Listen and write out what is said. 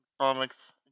comics